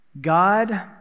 God